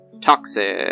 Toxic